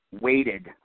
weighted